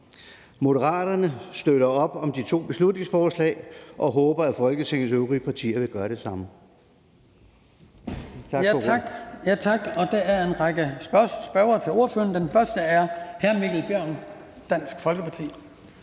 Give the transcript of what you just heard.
Moderaterne støtter op om de to beslutningsforslag og håber, at Folketingets øvrige partier vil gøre det samme.